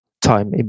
time